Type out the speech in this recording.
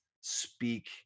speak